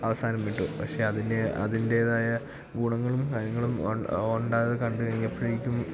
അവസാനം വിട്ടു പക്ഷെ അതിന്റെ അതിൻ്റേതായ ഗുണങ്ങളും കാര്യങ്ങളും ഉണ്ടായത് കണ്ടു കഴിഞ്ഞപ്പോഴേക്കും